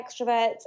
extroverts